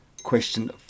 Question